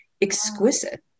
exquisite